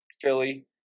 Philly